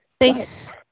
Thanks